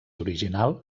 original